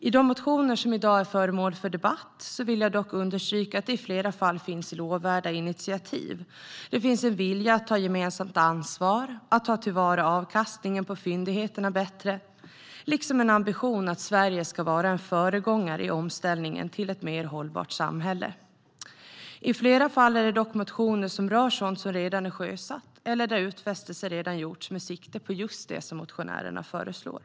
Jag vill dock understryka att det i flera av de motioner som i dag är föremål för debatt finns lovvärda initiativ. Det finns en vilja att ta gemensamt ansvar och ta till vara avkastningen på fyndigheterna bättre, liksom en ambition att Sverige ska vara en föregångare i omställningen till ett mer hållbart samhälle. I flera fall rör dock motioner sådant som redan är sjösatt eller där utfästelser redan gjorts med sikte på just det motionärerna föreslår.